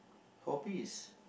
hobbies